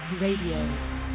Radio